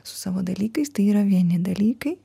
su savo dalykais tai yra vieni dalykai